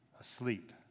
asleep